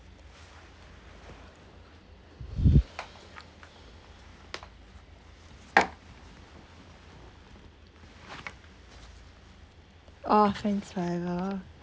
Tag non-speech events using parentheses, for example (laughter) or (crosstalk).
(breath) oh friends forever